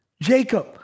Jacob